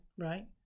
Right